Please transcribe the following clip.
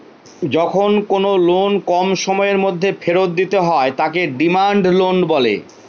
যখন কোনো লোন কম সময়ের মধ্যে ফেরত দিতে হয় তাকে ডিমান্ড লোন বলে